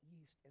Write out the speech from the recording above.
yeast